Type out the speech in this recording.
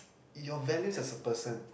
your values as a person